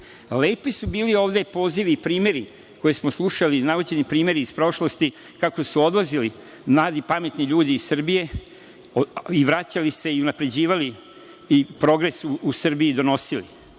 Lepi su bili ovde pozivi i primeri koje smo slušali, navođeni primeri iz prošlosti, kako su odlazili mladi, pametni ljudi iz Srbije i vraćali se i unapređivali i donosili progres u Srbiji. Ali,